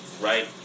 right